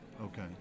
Okay